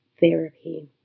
therapy